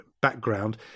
background